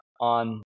on